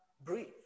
breathe